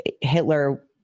hitler